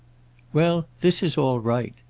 well, this is all right.